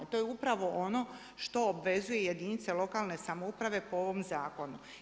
To je upravo ono što obvezuje jedinice lokalne samouprave po ovom zakonu.